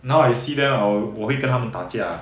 now I see them I will 我会跟他们打架